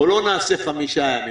או לא נעשה חמישה ימים,